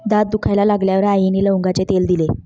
दात दुखायला लागल्यावर आईने लवंगाचे तेल दिले